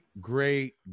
great